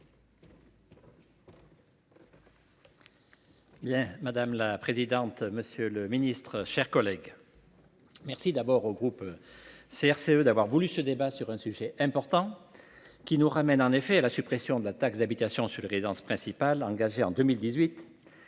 Madame la présidente, monsieur le ministre, mes chers collègues, je veux d’abord remercier le groupe CRCE-Kanaky d’avoir voulu ce débat sur un sujet important, qui nous ramène à la suppression de la taxe d’habitation sur les résidences principales engagée en 2018.